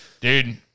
dude